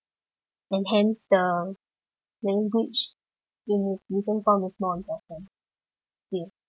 and hence the language in written form is more important still